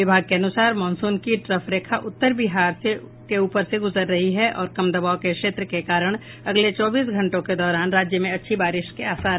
विभाग के अनुसार मॉनसून की ट्रफ रेखा उत्तर बिहार के ऊपर से गुजर रही है और कम दबाव के क्षेत्र के कारण अगले चौबीस घंटों के दौरान राज्य में अच्छी बारिश के आसार हैं